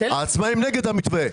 העצמאים נגד המתווה.